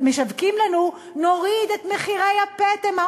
משווקים לנו: נוריד את מחיר הפטם,